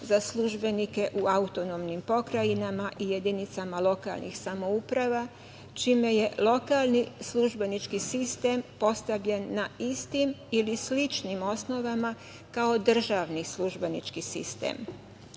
za službenike u autonomnim pokrajinama i jedinicama lokalnih samouprava, čime je lokalni službenički sistem postavljen na istim ili sličnim osnovama kao državni službenički